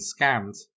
scammed